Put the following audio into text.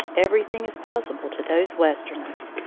everything is possible to those westerners.